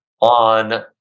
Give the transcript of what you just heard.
on